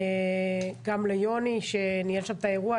גם ליוני שניהל שם את האירוע.